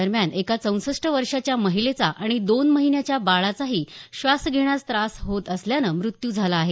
दरम्यान एका चौसष्ट वर्षाच्या महिलेचा आणि दोन महिन्याच्या बाळाचाही श्वास घेण्यास त्रास होत असल्याने मृत्यू झाला आहे